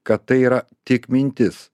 kad tai yra tik mintis